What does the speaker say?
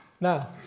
Now